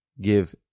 give